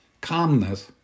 calmness